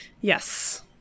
Yes